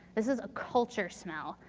this is a culture smell.